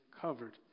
covered